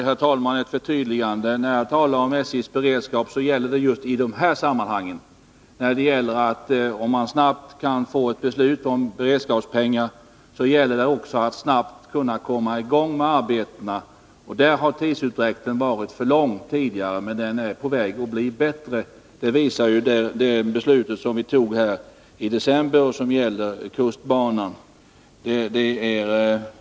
Herr talman! Bara ett förtydligande. När jag talar om SJ:s beredskap avser jag beredskapen i de sammanhang då det gäller att snabbt kunna komma i gång med arbetena, när man får ett snabbt beslut om beredskapspengar. Där har tidsutdräkten tidigare varit för lång, men förhållandena börjar bli bättre. Det har vi ju bevis för efter det beslut som fattades i december och som gällde kustbanan.